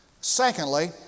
Secondly